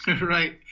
Right